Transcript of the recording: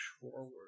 forward